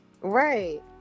right